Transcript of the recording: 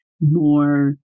more